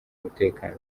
umutekano